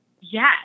Yes